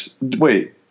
Wait